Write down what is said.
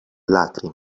lacrime